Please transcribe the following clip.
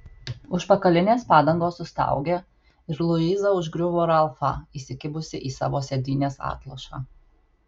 užpakalinės padangos sustaugė ir luiza užgriuvo ralfą įsikibusi į savo sėdynės atlošą